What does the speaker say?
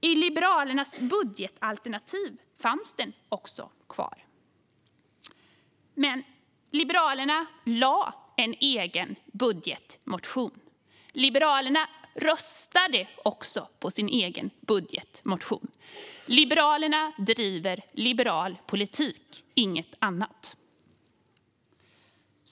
I Liberalernas budgetalternativ fanns den också kvar. Liberalerna lade fram en egen budgetmotion. Liberalerna röstade också på sin egen budgetmotion. Liberalerna driver liberal politik, ingenting annat.